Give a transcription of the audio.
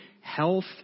health